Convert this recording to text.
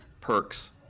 perks